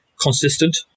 consistent